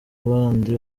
abandi